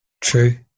True